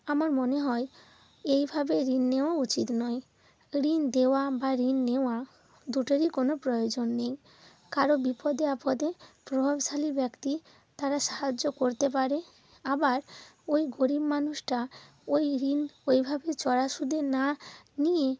আমার মনে হয় এইভাবে ঋণ নেওয়াও উচিত নয় ঋণ দেওয়া বা ঋণ নেওয়া দুটোরই কোন প্রয়োজন নেই কারও বিপদে আপদে প্রভাবশালী ব্যক্তি তারা সাহায্য করতে পারে আবার ওই গরীব মানুষটা ওই ঋণ ওই ভাবে চড়া সুদে না নিয়ে